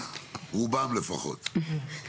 רובם לפחות.